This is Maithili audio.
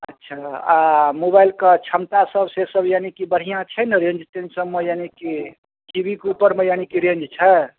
अच्छा आ मोबाइल कऽ छमता सभ से सभ यानि कि बढ़िआँ छै ने रेन्ज तेन्ज सभमे यानि कि टी वी कऽ ऊपरमे यानि कि रेन्ज छै